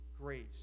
grace